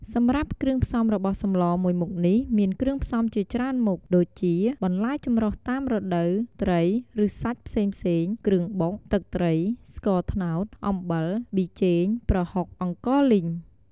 សម្រាប់គ្រឿងផ្សំរបស់សម្លរមួយមុខនេះមានគ្រឿងផ្សំជាច្រើនមុខ ដូចជា បន្លែចម្រុះតាមរដូវ ត្រី ឬ សាច់ផ្សេងៗ គ្រឿងបុក ទឹកត្រី ស្ករត្នោត អំបិល ប៊ីចេង ប្រហុក អង្ករលីង។